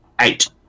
Eight